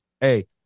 Hey